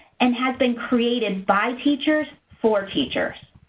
and has been created by teachers, for teachers.